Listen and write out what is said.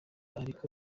ariko